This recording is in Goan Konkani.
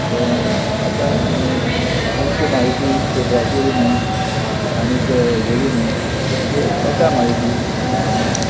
तें आतां खुबशे म्हायती पेपराचेर म्हण आणीक हेचेरय म्हण तें म्हायती तेन्ना